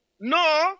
No